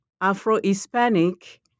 Afro-Hispanic